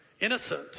innocent